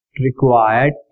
required